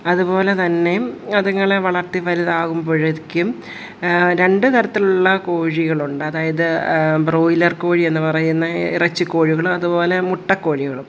അതുപോലെ തന്നെ അതിങ്ങളെ വളർത്തി വലുതാവുമ്പോഴേക്കും രണ്ട് തരത്തിലുള്ള കോഴികളുണ്ട് അതായത് ബ്രോയിലർ കോഴിയെന്ന് പറയുന്ന ഇറച്ചി കോഴികളും അതുപോലെ മുട്ട കോഴികളും